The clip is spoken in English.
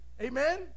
Amen